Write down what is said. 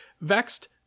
Vexed